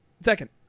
second